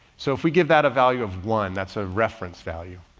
so if we give that a value of one, that's a reference value.